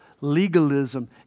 legalism